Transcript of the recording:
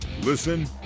Listen